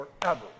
forever